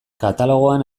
katalogoan